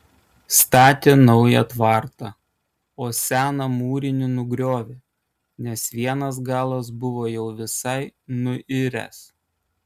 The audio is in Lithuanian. statė naują tvartą o seną mūrinį nugriovė nes vienas galas buvo jau visai nuiręs